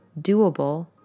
doable